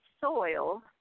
soil